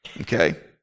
okay